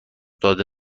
داده